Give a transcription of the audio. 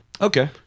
Okay